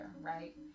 right